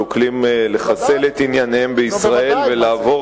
שוקלים לחסל את ענייניהם בישראל ולעבור